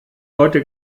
heute